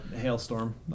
hailstorm